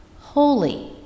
Holy